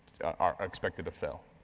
are expected to fail,